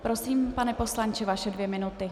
Prosím, pane poslanče, vaše dvě minuty.